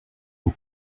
and